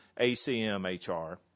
ACMHR